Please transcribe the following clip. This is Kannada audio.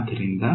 ಆದ್ದರಿಂದ